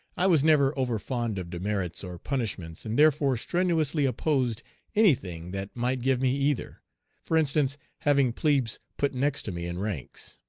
i was never overfond of demerits or punishments, and therefore strenuously opposed any thing that might give me either for instance, having plebes put next to me in ranks.